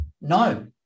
No